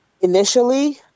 initially